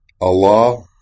Allah